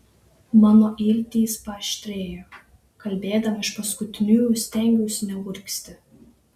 mano iltys paaštrėjo kalbėdama iš paskutiniųjų stengiausi neurgzti